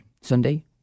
Sunday